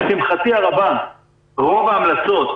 לשמחתי הרבה רוב ההמלצות